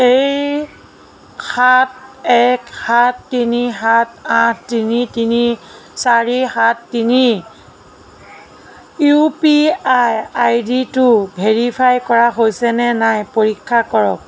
এই সাত এক সাত তিনি সাত আঠ তিনি তিনি চাৰি সাত তিনি ইউ পি আই আইডিটো ভেৰিফাই কৰা হৈছেনে নাই পৰীক্ষা কৰক